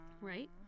Right